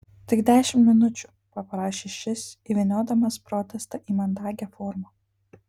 tik dešimt minučių paprašė šis įvyniodamas protestą į mandagią formą